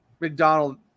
mcdonald